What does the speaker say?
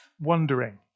wondering